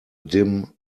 dim